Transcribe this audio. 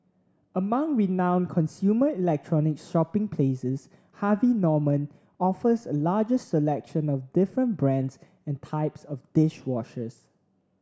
among renowned consumer electronics shopping places Harvey Norman offers a largest selection of different brands and types of dish washers